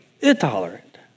intolerant